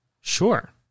Sure